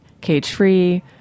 cage-free